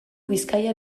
bizkaia